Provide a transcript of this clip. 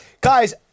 Guys